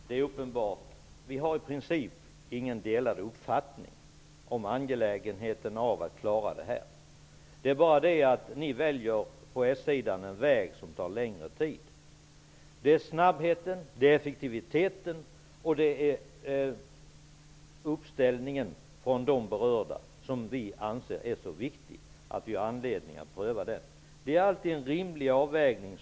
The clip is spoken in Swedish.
Herr talman! Vi har i princip inte olika uppfattning om angelägenheten i att klara detta. Det är bara det att ni på s-sidan väljer en väg som tar längre tid. Det är snabbheten, effektiviteten och uppställningen från de berörda som vi anser vara så viktiga att vi har anledning att pröva detta system. Man måste alltid göra en rimlig avvägning.